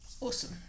Awesome